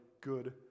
good